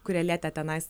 kurie lietė tenai